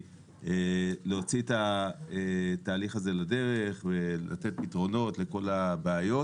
להוציא את התהליך הזה לדרך ולתת פתרונות לכל הבעיות,